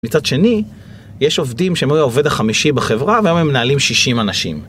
מצד שני, יש עובדים שהיו העובד החמישי בחברה והיום מנהלים 60 אנשים.